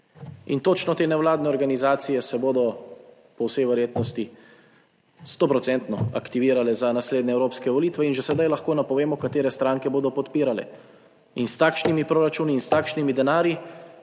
In točno te nevladne organizacije se bodo po vsej verjetnosti 100 % aktivirale za naslednje evropske volitve in že sedaj lahko napovemo katere stranke bodo podpirale in takšnimi proračuni in s takšnimi denarji,